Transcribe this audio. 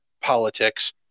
politics